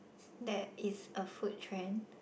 that is a food trend